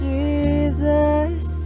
Jesus